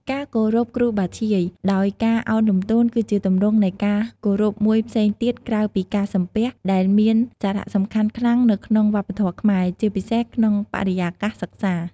ការគោរពគ្រូបាធ្យាយ ដោយការឱនលំទោន គឺជាទម្រង់នៃការគោរពមួយផ្សេងទៀតក្រៅពីការសំពះ ដែលមានសារៈសំខាន់ខ្លាំងនៅក្នុងវប្បធម៌ខ្មែរ ជាពិសេសក្នុងបរិយាកាសសិក្សា។